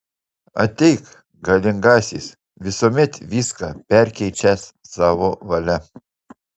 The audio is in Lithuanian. ateik galingasis visuomet viską perkeičiąs savo valia